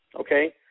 Okay